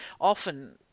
often